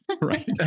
Right